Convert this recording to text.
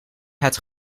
het